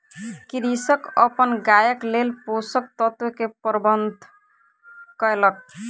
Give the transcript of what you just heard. कृषक अपन गायक लेल पोषक तत्व के प्रबंध कयलक